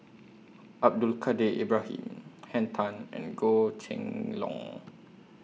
Abdul Kadir Ibrahim Henn Tan and Goh Kheng Long